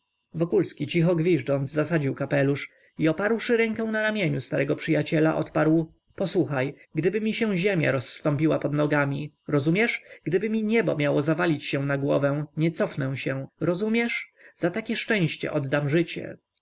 cofniesz wokulski cicho gwiżdżąc zasadził kapelusz i oparłszy rękę na ramieniu starego przyjaciela odparł posłuchaj gdyby mi się ziemia rozstąpiła pod nogami rozumiesz gdyby mi niebo miało zawalić się na łeb nie cofnę się rozumiesz za takie szczęście oddam życie